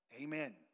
Amen